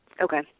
Okay